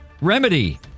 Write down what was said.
Remedy